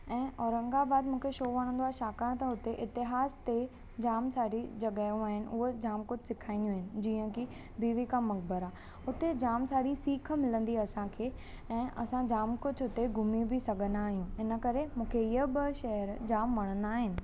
ऐं औरंगाबाद मूंखे छो वणंदो आहे छाकाणि त हुते इतिहास ते जाम सारी जॻहियूं आहिनि उहे जाम कुझु सेखारंदियूं आहिनि जीअं की बीबी का मक़बरा हुते जाम सारी सीख मिलंदी असांखे ऐं असां जाम कुझु हुते घुमी बि सघंदा आहियूं हिन करे मूंखे हीअ ॿ शहर जाम वणंदा आहिनि